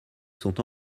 sont